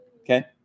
Okay